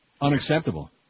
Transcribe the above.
Unacceptable